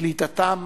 קליטתם